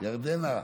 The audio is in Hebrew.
ירדנה,